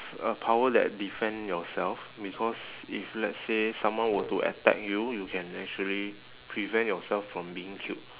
a power that defend yourself because if let's say someone were to attack you you can actually prevent yourself from being killed